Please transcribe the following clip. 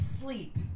sleep